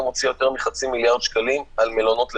הוציאה יותר מחצי מיליארד שקלים על מלונות למבודדים.